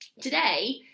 today